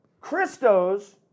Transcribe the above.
Christos